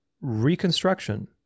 reconstruction